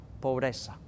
pobreza